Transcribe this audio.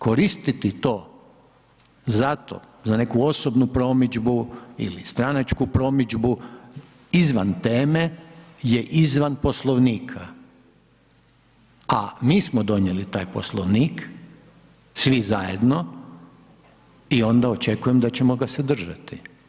Koristiti to zato, za neku osobnu promidžbu ili stranačku promidžbu, izvan teme je izvan Poslovnika a mi smo donijeli taj Poslovnik, svi zajedno i onda očekujem da ćemo ga se držati.